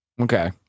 Okay